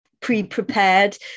pre-prepared